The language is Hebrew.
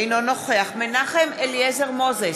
אינו נוכח מנחם אליעזר מוזס,